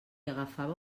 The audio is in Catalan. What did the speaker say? agafava